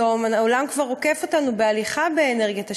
כיום העולם כבר עוקף אותנו בהליכה באנרגיית השמש.